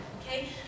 okay